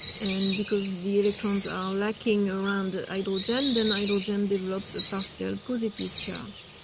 and because the electrons are lacking around ah idle agenda nitrogen develops a pastor positive charge.